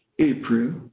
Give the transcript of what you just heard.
April